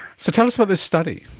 so tell us about this study.